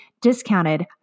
discounted